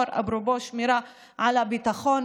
אפרופו שמירה על הביטחון.